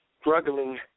struggling